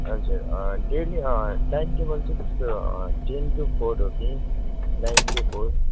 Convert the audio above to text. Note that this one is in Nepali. हजुर डेली टाइम टेबल चाहिँ कस्तो टेन टू फोर हो कि नाइन टू फोर